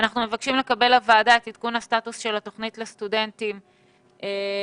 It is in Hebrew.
הוועדה מבקשת לקבל את עדכון הסטטוס של התוכנית לסטודנטים שמתגבשת,